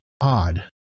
odd